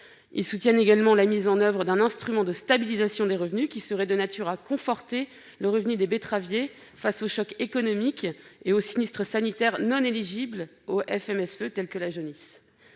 Ils soutiennent également la mise en oeuvre d'un instrument de stabilisation qui serait de nature à conforter les revenus des betteraviers face au choc économique et aux sinistres sanitaires non éligibles au Fonds national